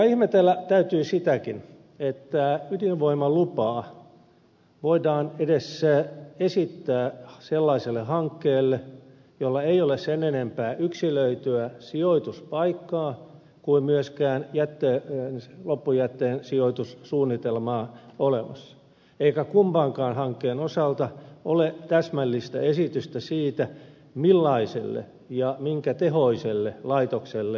ihmetellä täytyy sitäkin että ydinvoimalupaa voidaan edes esittää sellaiselle hankkeelle jolla ei ole sen enempää yksilöityä sijoituspaikkaa kuin myöskään loppujätteen sijoitussuunnitelmaa olemassa eikä kummankaan hankkeen osalta ole täsmällistä esitystä siitä millaiselle ja minkä tehoiselle laitokselle lupaa haetaan